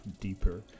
deeper